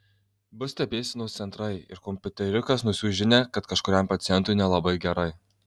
bus stebėsenos centrai ir kompiuteriukas nusiųs žinią kad kažkuriam pacientui nelabai gerai